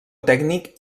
tècnic